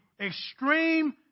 extreme